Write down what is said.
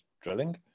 drilling